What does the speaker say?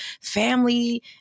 family